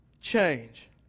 change